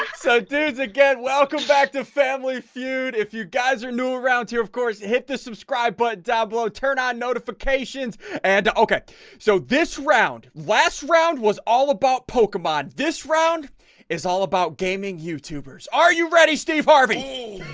so dudes again welcome back to family feud if you guys are new around here of course hit the subscribe button but down below turn on notifications and okay so this round last round was all about pokemon this round is all about gaming youtubers are you ready steve harvey?